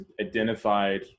identified